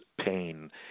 pain